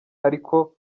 ariko